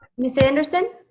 ms. anderson?